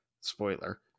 spoiler